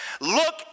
Look